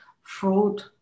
Fraud